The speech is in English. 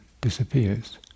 disappears